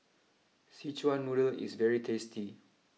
Szechuan Noodle is very tasty